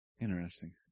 Interesting